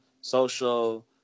social